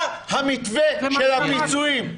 מה המתווה של הפיצויים?